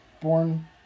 Born